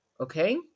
okay